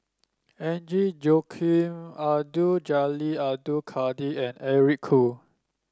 Agnes Joaquim Abdul Jalil Abdul Kadir and Eric Khoo